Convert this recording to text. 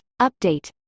update